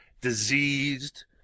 diseased